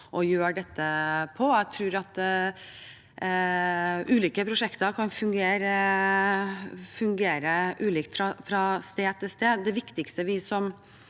å gjøre dette på, og jeg tror at ulike prosjekter kan fungere ulikt fra sted til sted.